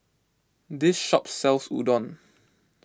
this shop sells Udon